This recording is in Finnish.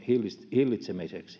hillitsemiseksi